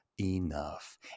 enough